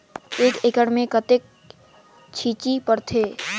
एक एकड़ मे कतेक छीचे पड़थे?